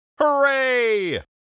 Hooray